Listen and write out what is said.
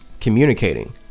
communicating